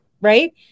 Right